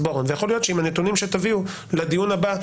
בוארון ויכול להיות שעם הנתונים שתביאו לדיון הבא,